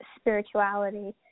spirituality